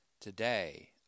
today